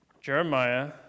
Jeremiah